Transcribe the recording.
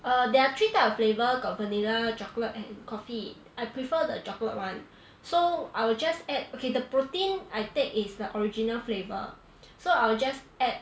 err there are three type of flavour got vanilla chocolate and coffee I prefer the chocolate one so I will just add okay the protein I take is the original flavor so I will just add